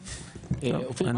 אופיר,